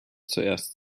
zuerst